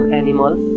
animals